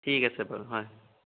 ঠিক আছে বাৰু হয়